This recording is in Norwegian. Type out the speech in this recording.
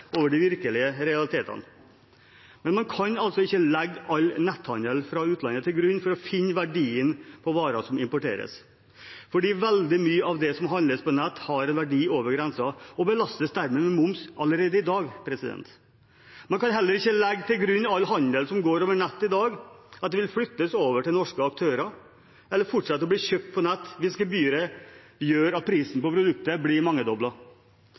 over de virkelige realitetene. Men man kan altså ikke legge all netthandel fra utlandet til grunn for å finne verdien på varer som importeres, fordi veldig mye av det som handles på nett, har en verdi over grensen og belastes dermed med moms allerede i dag. Man kan heller ikke legge til grunn at all handel som går over nett i dag, vil flyttes over til norske aktører, eller fortsatt vil kjøpes over nett, hvis gebyret gjør at prisen på produktet blir